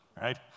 right